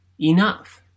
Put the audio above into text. enough